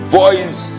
voice